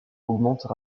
augmentent